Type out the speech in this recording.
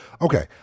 Okay